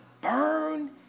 burn